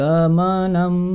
Gamanam